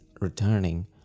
returning